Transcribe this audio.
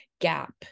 gap